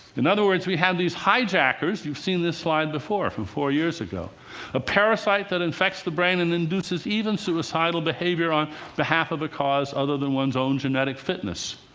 in other words, we have these hijackers you've seen this slide before, from four years ago a parasite that infects the brain and induces even suicidal behavior, on behalf of a cause other than one's own genetic fitness.